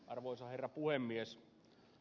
arvoisa herra puhemies